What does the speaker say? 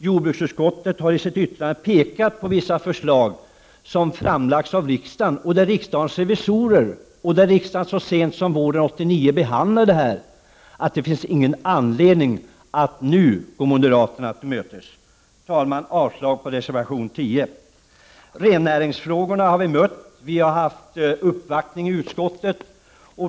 Jordbruksutskottet har i sitt yttrande pekat på vissa förslag som har framlagts av riksdagens revisorer och som behandlades av riksdagen så sent som våren 1989. Det finns därför inte någon anledning att nu gå moderaterna till mötes. Herr talman! Jag yrkar avslag på reservation nr 10. Rennäringsfrågorna har tagits upp, bl.a. vid en uppvaktning i utskottet.